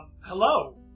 Hello